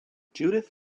judith